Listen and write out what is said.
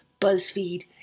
BuzzFeed